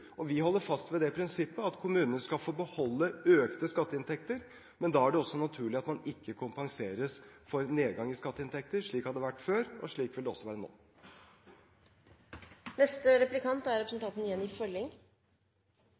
Vi holder fast ved det prinsippet at kommunene skal få beholde økte skatteinntekter. Men da er det også naturlig at man ikke kompenseres for nedgang i skatteinntekter. Slik har det vært før, og slik vil det også være